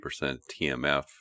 TMF